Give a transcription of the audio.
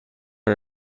you